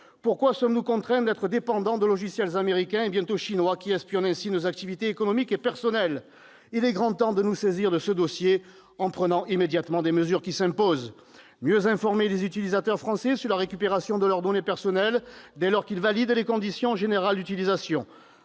Pourquoi sommes-nous contraints d'être dépendants de logiciels américains et bientôt chinois, qui espionnent ainsi nos activités économiques et personnelles ? Il est grand temps de nous saisir de ce dossier, en prenant immédiatement les mesures qui s'imposent : mieux informer les utilisateurs français sur la récupération de leurs données personnelles, dès lors qu'ils valident les conditions générales d'utilisation